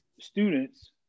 students